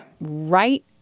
Right